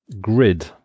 Grid